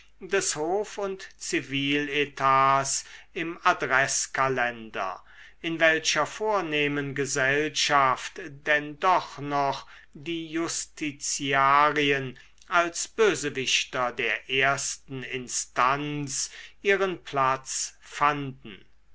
des hof und ziviletats im adreßkalender in welcher vornehmen gesellschaft denn doch noch die justitiarien als bösewichter der ersten instanz ihren platz fanden